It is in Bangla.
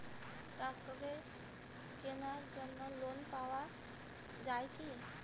ট্রাক্টরের কেনার জন্য লোন পাওয়া যায় কি?